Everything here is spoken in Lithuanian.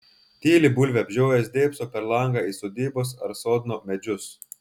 tyli bulvę apžiojęs dėbso per langą į sodybos ar sodno medžius